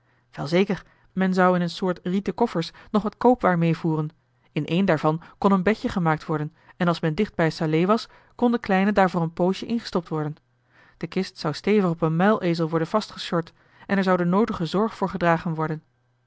wel zeker men zou in een soort rieten koffers nog wat koopwaar meevoeren in een daarvan kon een bedje gemaakt worden en als men dichtbij salé was kon de kleine daar voor een poosje ingestopt worden de kist zou stevig op een muilezel worden vastgesjord en er zou de noodige zorg voor gedragen worden